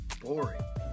boring